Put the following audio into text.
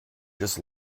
just